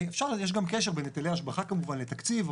יש גם קשר בין היטלי השבחה כמובן לתקציב,